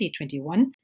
2021